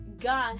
God